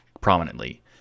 prominently